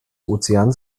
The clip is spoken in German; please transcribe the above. ozeans